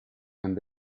and